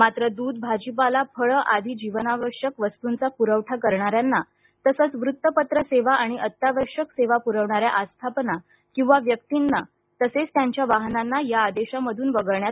मात्र दूध भाजीपाला फळं आदी जीवनावश्यक वस्तूंचा प्रवठा करणा यांना तसंच वृत्तपत्र सेवा आणि अत्यावश्यक सेवा पुरवणा या आस्थापना किंवा व्यक्तींना तसेच त्यांच्या वाहनांना या आदेशामधून वगळण्यात आलं आहे